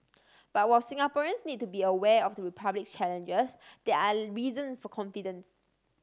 but while Singaporeans need to be aware of the Republic's challenges there are reasons for confidence